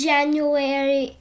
January